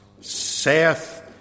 saith